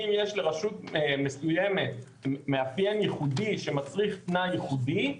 אם יש לרשות מסוימת מאפיין ייחודי שמצריך תנאי ייחודי,